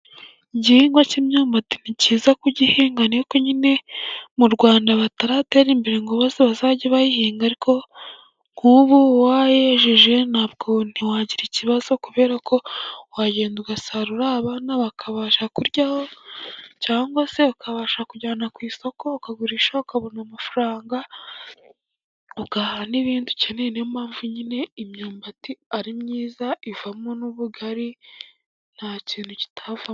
Igihingwa cy'imyumbati ni cyiza kugihinga nuko nyine mu rwanda bataratera imbere ngo bazajye bayihinga ariko nk'ubu uwayejeje ntabwo wagira ikibazo kubera ko wagenda ugasarura abana bakabasha kuryaho cyangwa se ukabasha kujyana ku isoko ukagurisha ukabona amafaranga ugahaha n'ibindi ukeneye niyo mpamvu nyine imyumbati ari myiza ivamo n'ubugari, nta kintu kitavamo.